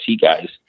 guys